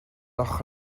ochr